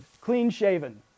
clean-shaven